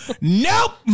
nope